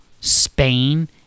Spain